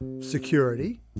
Security